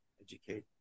educate